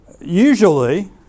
usually